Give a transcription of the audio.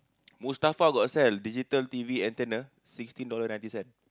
Mustafa got sell digital T_V antenna sixteen dollar ninety cent